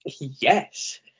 Yes